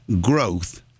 growth